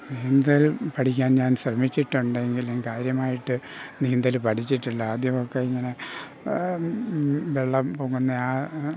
നീന്തൽ പഠിക്കാൻ ഞാൻ ശ്രമിച്ചിട്ടുണ്ടെങ്കിലും കാര്യമായിട്ട് നീന്തൽ പഠിച്ചിട്ടില്ല ആദ്യമൊക്കെ ഇങ്ങനെ വെള്ളം പൊങ്ങുന്നത്